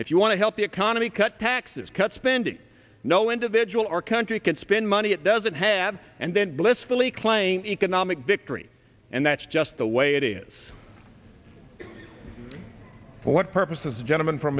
if you want to help the economy cut taxes cut spending no individual or country can spend money it doesn't have and then blissfully claim economic victory and that's just the way it is for what purpose of the gentleman from